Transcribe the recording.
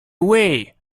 way